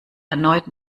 erneut